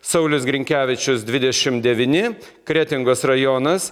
saulius grinkevičius dvidešimt devyni kretingos rajonas